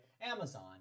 Amazon